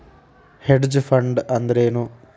Hedge fund ಅಂದ್ರೇನು?